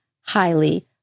highly